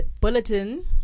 bulletin